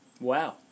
Wow